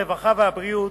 הרווחה והבריאות,